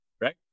right